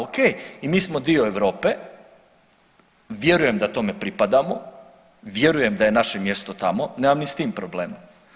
O.k. I mi smo dio Europe, vjerujem da tome pripadamo, vjerujem da je naše mjesto tamo, nemam ni s tim problem.